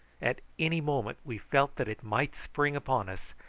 at any moment we felt that it might spring upon us,